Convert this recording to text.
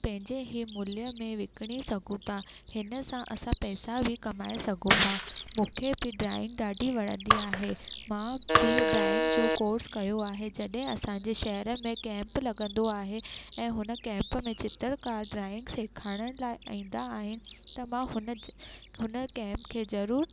पंहिंजे ई मूल्य में विकिणी सघूं था हिन सां असां पैसा बि कमाए सघूं था मूंखे बि ड्रॉइंग ॾाढी वणंदी आहे मां बि इहो ड्रॉइंग जो कोर्स कयो आहे जॾहिं असांजे शहर में कैम्प लॻंदो आहे ऐं हुन कैम्प में चित्रकार ड्रॉइंग सेखारण लाइ ईंदा आहिनि त मां हुन जा हुन कैम्प खे ज़रूरु